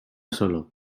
solo